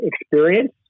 experience